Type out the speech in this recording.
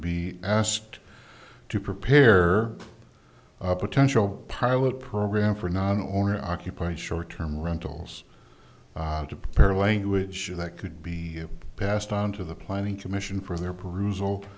be asked to prepare a potential pilot program for non or occupied short term rentals to prepare a language that could be passed on to the planning commission for their perus